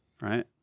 right